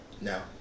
No